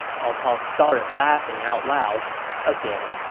cao cao started laughing out loud again